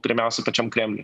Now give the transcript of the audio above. pirmiausia pačiam kremliui